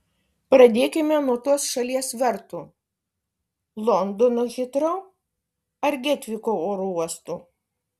pradėkime nuo tos šalies vartų londono hitrou ar getviko oro uostų